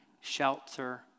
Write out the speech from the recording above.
shelter